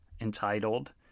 entitled